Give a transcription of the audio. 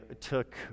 took